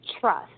trust